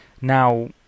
Now